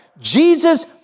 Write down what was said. Jesus